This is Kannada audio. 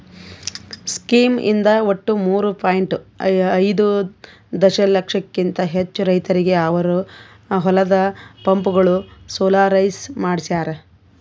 ಸ್ಕೀಮ್ ಇಂದ ಒಟ್ಟು ಮೂರೂ ಪಾಯಿಂಟ್ ಐದೂ ದಶಲಕ್ಷಕಿಂತ ಹೆಚ್ಚು ರೈತರಿಗೆ ಅವರ ಹೊಲದ ಪಂಪ್ಗಳು ಸೋಲಾರೈಸ್ ಮಾಡಿಸ್ಯಾರ್